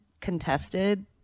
contested